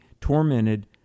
tormented